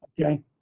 Okay